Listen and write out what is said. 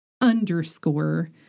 underscore